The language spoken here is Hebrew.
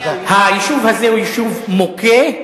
היישוב הזה הוא יישוב מוכה.